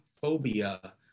phobia